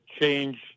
change